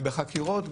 ובחקירות,